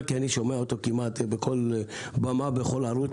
כי אני שומע את השר בכל במה ובכל ערוץ.